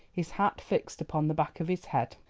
his hat fixed upon the back of his head.